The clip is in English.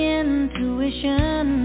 intuition